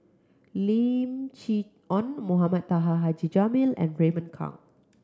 Lim Chee Onn Mohamed Taha Haji Jamil and Raymond Kang